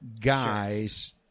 guys